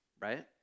right